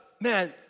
man